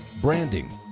branding